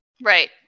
Right